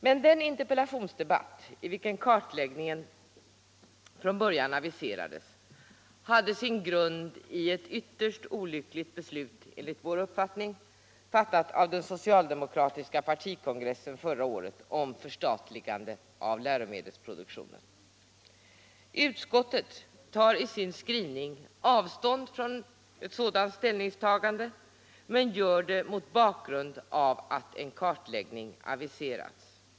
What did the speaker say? Men den interpellationsdebatt vid vilken kartläggningen från början aviserades hade sin grund i ett enligt vår uppfattning ytterst olyckligt beslut, fattat av den socialdemokratiska partikongressen förra året, om ett förstatligande av läromedelsproduktionen. Utskottet tar i sin skrivning avstånd från ett sådant ställningstagande men gör det mot bakgrund av att en kartläggning aviserats.